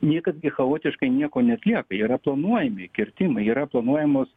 niekas gi chaotiškai nieko neatlieka yra planuojami kirtimai yra planuojamos